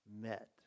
met